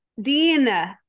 Dean